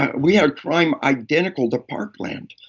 we are crime-identical to parkland.